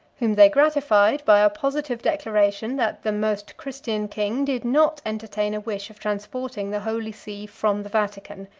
whom they gratified by a positive declaration, that the most christian king did not entertain a wish of transporting the holy see from the vatican,